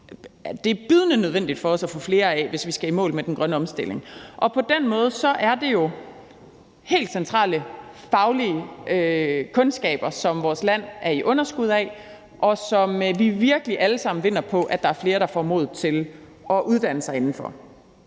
det er bydende nødvendigt for os at få flere af, hvis vi skal i mål med den grønne omstilling. På den måde er det jo helt centrale faglige kundskaber, som vores land er i underskud af, og som vi virkelig alle sammen vinder på at der er flere der får mod til at uddanne sig inden for.